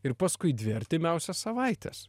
ir paskui dvi artimiausias savaites